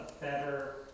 better